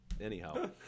Anyhow